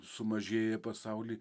sumažėja pasauly